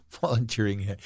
Volunteering